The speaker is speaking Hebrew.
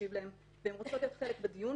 להקשיב להן והן רוצות להיות חלק בדיון,